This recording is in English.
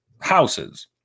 houses